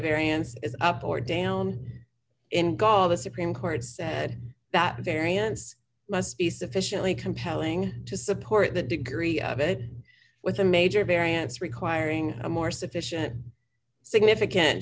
the variance is up or down in gaol the supreme court said that the variance must be sufficiently compelling to support the degree of it with a major variance requiring a more sufficient significant